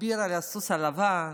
אביר על הסוס הלבן,